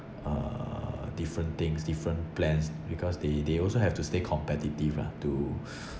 uh different things different plans because they they also have to stay competitive lah to